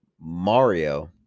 Mario